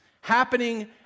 happening